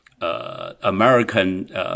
American